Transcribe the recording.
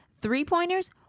three-pointers